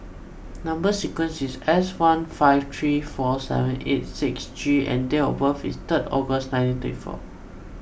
Number Sequence is S one five three four seven eight six G and date of birth is third August nineteen thirty four